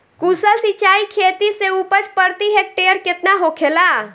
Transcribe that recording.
कुशल सिंचाई खेती से उपज प्रति हेक्टेयर केतना होखेला?